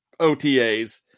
OTAs